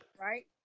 right